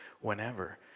whenever